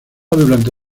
durante